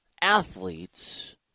athletes